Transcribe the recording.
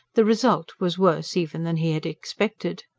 the result was worse even than he had expected.